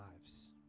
lives